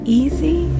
easy